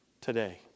today